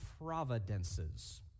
providences